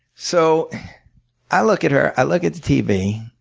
so i look at her, i look at the tv,